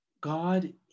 God